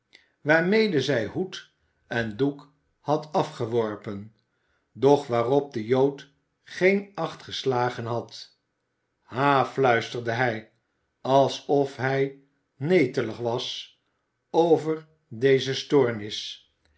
waarmede zij hoed en doek had afgeworpen doch waarop de jood geen acht geslagen had ha fluisterde hij alsof hij ne elig was over deze stoornis